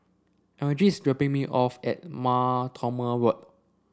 Elgie is dropping me off at Mar Thoma Road